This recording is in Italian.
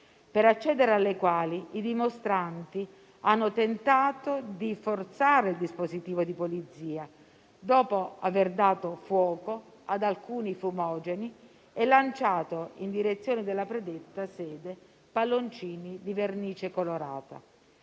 per accedere alla quale i dimostranti hanno tentato di forzare il dispositivo di polizia, dopo aver dato fuoco ad alcuni fumogeni e lanciato in direzione della predetta sede palloncini di vernice colorata.